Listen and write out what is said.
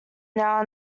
now